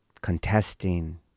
contesting